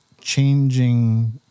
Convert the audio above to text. changing